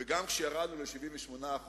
וגם כשירדנו ל-78%